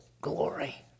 glory